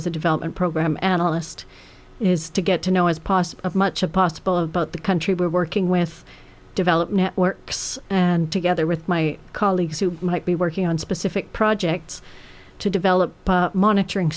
as a development program analyst is to get to know as possible as much as possible about the country we're working with develop networks and together with my colleagues who might be working on specific projects to develop monitoring